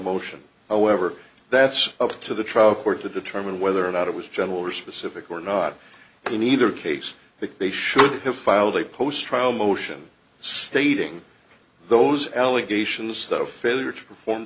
motion oh ever that's up to the trial court to determine whether or not it was general or specific or not in either case that they should have filed a post trial motion stating those allegations that a failure to perform